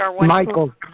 Michael